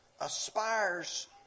aspires